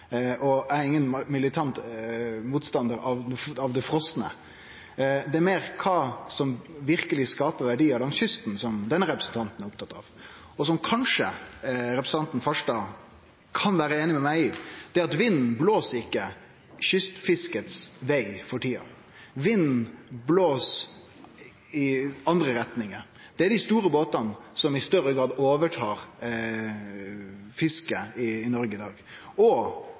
vil eg støtte. Eg er ingen militant motstandar av det frosne. Det er meir kva som verkeleg skaper verdiar langs kysten, som denne representanten er opptatt av. Det som kanskje representanten Farstad kan vere einig med meg i, er at vinden blåser ikkje kystfiskets veg for tida. Vinden blåser i andre retningar. Det er dei store båtane som i større grad overtar fisket i Noreg i dag, og